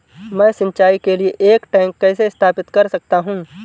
मैं सिंचाई के लिए एक टैंक कैसे स्थापित कर सकता हूँ?